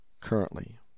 currently